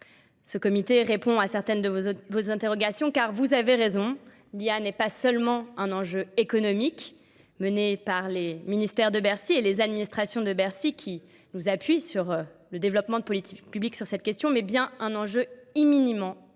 Ce comité répond à certaines de vos interrogations car vous avez raison, l'IA n'est pas seulement un enjeu économique mené par les ministères de Bercy et les administrations de Bercy qui nous appuient sur le développement de politique publique sur cette question mais bien un enjeu imminemment